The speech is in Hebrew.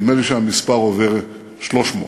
נדמה לי שהמספר עובר את ה-300,